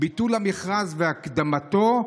את ביטול המכרז והקדמתו?